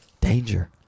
Danger